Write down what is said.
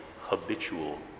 habitual